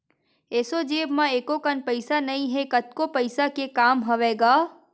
एसो जेब म एको कन पइसा नइ हे, कतको पइसा के काम हवय गा